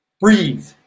Breathe